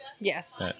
Yes